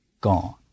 gone